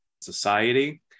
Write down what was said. society